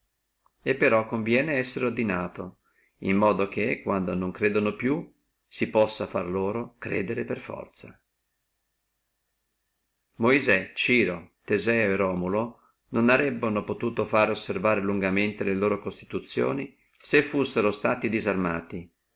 e però conviene essere ordinato in modo che quando non credono più si possa fare loro credere per forza moisè ciro teseo e romulo non arebbono possuto fare osservare loro lungamente le loro constituzioni se fussino stati disarmati